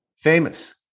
famous